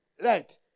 Right